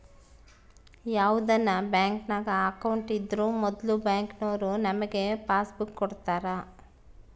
ಯಾವುದನ ಬ್ಯಾಂಕಿನಾಗ ಅಕೌಂಟ್ ಇದ್ರೂ ಮೊದ್ಲು ಬ್ಯಾಂಕಿನೋರು ನಮಿಗೆ ಪಾಸ್ಬುಕ್ ಕೊಡ್ತಾರ